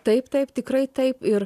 taip taip tikrai taip ir